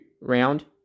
round